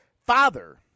father